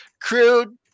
Crude